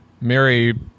Mary